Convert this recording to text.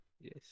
Yes